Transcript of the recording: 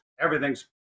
Everything's